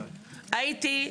הייתי,